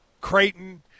Creighton